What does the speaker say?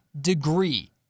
degree